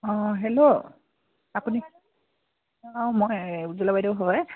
অঁ হেল্ল' আপুনি অঁ মই উজ্জ্বলা বাইদেউ হয়